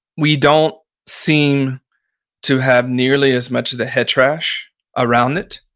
we don't seem to have nearly as much of the head trash around it.